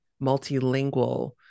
multilingual